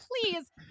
please